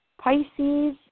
Pisces